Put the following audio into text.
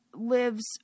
Lives